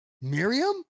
Miriam